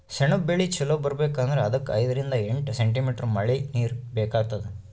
ಸೆಣಬ್ ಬೆಳಿ ಚಲೋ ಬರ್ಬೆಕ್ ಅಂದ್ರ ಅದಕ್ಕ್ ಐದರಿಂದ್ ಎಂಟ್ ಸೆಂಟಿಮೀಟರ್ ಮಳಿನೀರ್ ಬೇಕಾತದ್